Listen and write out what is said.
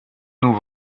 nous